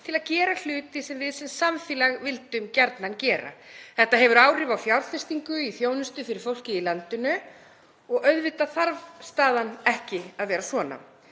til að gera hluti sem við sem samfélag vildum gjarnan gera. Þetta hefur áhrif á fjárfestingu í þjónustu fyrir fólkið í landinu. Auðvitað þarf staðan ekki að vera svona.